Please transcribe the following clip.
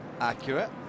accurate